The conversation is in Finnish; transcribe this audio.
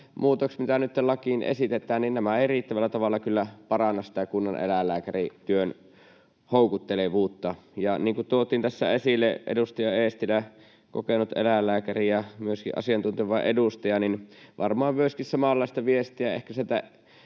muutokset, mitä nytten lakiin esitetään, eivät riittävällä tavalla paranna sitä kunnaneläinlääkärityön houkuttelevuutta. Niin kuin tuotiin tässä esille — edustaja Eestilä, kokenut eläinlääkäri ja myöskin asiantunteva edustaja, on varmaan myöskin samanlaista viestiä ehkä sieltä